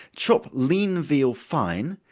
chop lean veal fine,